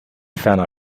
ferner